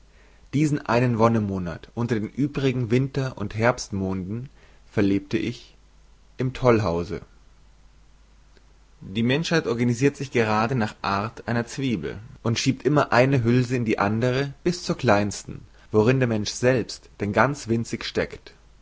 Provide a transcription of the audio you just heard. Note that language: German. diesen einen wonnemonat unter den übrigen winter und herbstmonden verlebte ich im tollhause die menschheit organisirt sich gerade nach art einer zwiebel und schiebt immer eine hülse in die andere bis zur kleinsten worin der mensch selbst denn ganz winzig stekt